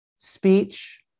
speech